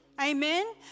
Amen